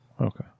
Okay